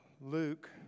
Luke